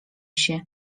się